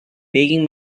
begging